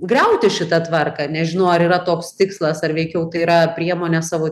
griauti šitą tvarką nežinau ar yra toks tikslas ar veikiau tai yra priemonė savo